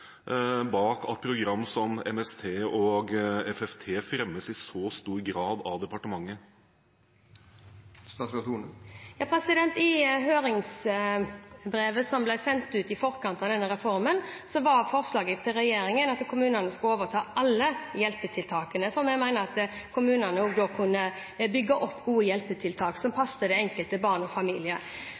bak at program som MST, multisystemisk terapi, og FFT, funksjonell familieterapi, fremmes i så stor grad av departementet. I høringsbrevet som ble sendt ut i forkant av denne reformen, var forslaget fra regjeringen at kommunene skulle overta alle hjelpetiltakene, for vi mener at kommunene da kunne bygge opp gode hjelpetiltak som passet det enkelte barn og den enkelte familie.